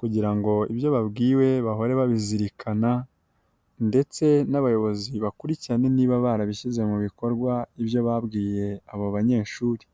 kugira ngo ibyo babwiwe bahore babizirikana ndetse n'abayobozi bakurikirane niba barabishyize mu bikorwa, ibyo babwiye abo banyeshuri.